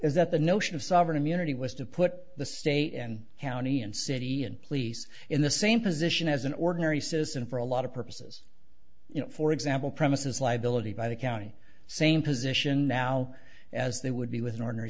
is that the notion of sovereign immunity was to put the state and county and city and police in the same position as an ordinary citizen for a lot of purposes for example premises liability by the county same position now as they would be with an ordinary